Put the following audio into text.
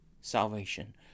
salvation